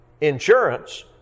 insurance